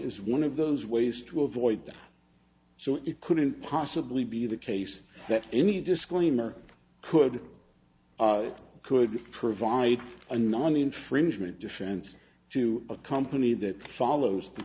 is one of those ways to avoid that so it couldn't possibly be the case that any disclaimer could could provide a non infringement defense to a company that follows the